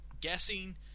guessing